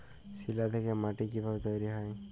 শিলা থেকে মাটি কিভাবে তৈরী হয়?